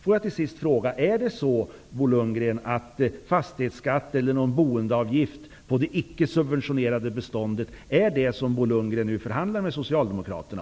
Låt mig till sist ställa en fråga: Är en fastighetsskatt eller en boendeavgift på det icke subventionerade beståndet det som Bo Lundgren nu förhandlar med